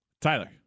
Tyler